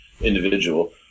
individual